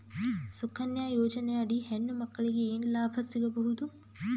ಸುಕನ್ಯಾ ಯೋಜನೆ ಅಡಿ ಹೆಣ್ಣು ಮಕ್ಕಳಿಗೆ ಏನ ಲಾಭ ಸಿಗಬಹುದು?